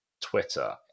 Twitter